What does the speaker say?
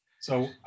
So-